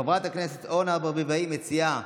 חברת הכנסת אורנה ברביבאי מציעה